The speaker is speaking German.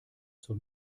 zur